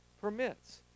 permits